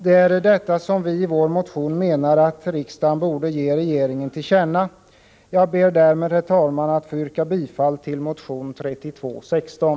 Detta borde, har vi anfört i vår motion, riksdagen ge regeringen till känna. Jag ber därmed, herr talman, att få yrka bifall till motion 3216.